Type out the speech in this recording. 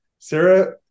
Sarah